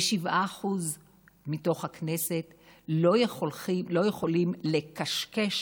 ו-7% מתוך הכנסת לא יכולים לקשקש